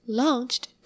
,launched